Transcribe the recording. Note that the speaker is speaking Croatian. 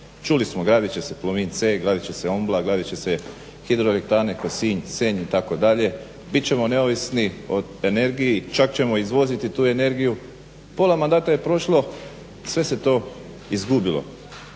Čuli smo gradit će se Plomin C, gradit će se Ombla, gradit će se hidroelektrana Kosinj, Senj itd. Bit ćemo neovisni o energiji, čak ćemo izvoziti tu energiju. Pola mandata je prošlo, sve se to izgubilo.